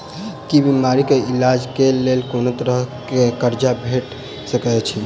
की बीमारी कऽ इलाज कऽ लेल कोनो तरह कऽ कर्जा भेट सकय छई?